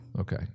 Okay